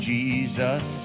Jesus